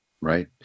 Right